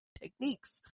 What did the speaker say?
techniques